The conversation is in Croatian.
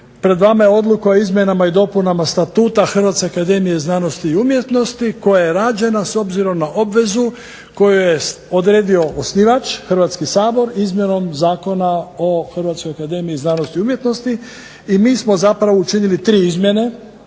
Pred vama je Odluka o izmjenama i dopunama Statuta Hrvatska akademija za znanost i umjetnosti koja je rađena s obzirom na obvezu koju je odredio osnivač Hrvatski sabor izmjenom Zakona o Hrvatskoj akademiji za znanost i umjetnost. I mi smo zapravo učinili tri izmjene.